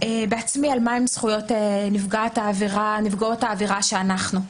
בעצמי מה הן זכויות נפגעות העבירה שאנחנו חווינו.